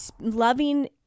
loving